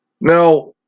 Now